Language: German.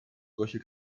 solche